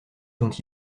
dont